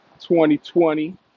2020